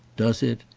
does it,